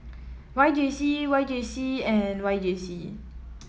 Y J C Y J C and Y J C